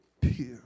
pure